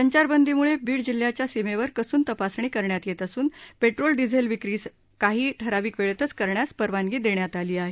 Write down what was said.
संचारबंदीमुळे बीड जिल्हाच्या सीमेवर कसून तपासणी करण्यात येत असून पेट्रोल डिझेल विक्री काही ठराविक वेळेतच करण्यास परवानगी देण्यात आली आहे